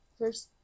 first